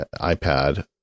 iPad